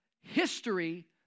History